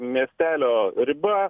miestelio riba